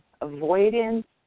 avoidance